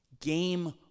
game